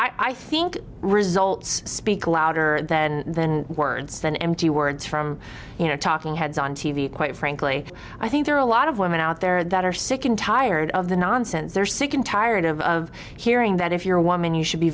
i think results speak louder than words than empty words from you know talking heads on t v quite frankly i think there are a lot of women out there that are sick and tired of the nonsense they're sick and tired of hearing that if you're a woman you should be